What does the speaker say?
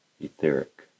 etheric